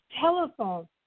telephone